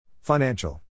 Financial